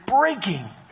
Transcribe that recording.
breaking